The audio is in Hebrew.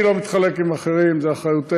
אני לא מתחלק עם אחרים, זו אחריותנו.